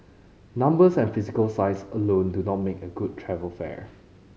numbers and physical size alone do not make a good travel fair